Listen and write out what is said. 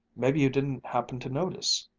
maybe you didn't happen to notice.